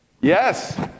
Yes